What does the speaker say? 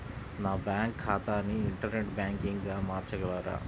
నా బ్యాంక్ ఖాతాని ఇంటర్నెట్ బ్యాంకింగ్గా మార్చగలరా?